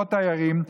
תיירים,